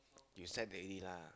you said already lah